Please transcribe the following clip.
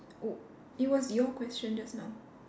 oh it was your question just now